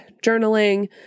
journaling